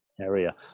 area